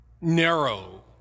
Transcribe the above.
Narrow